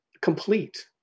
complete